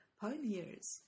pioneers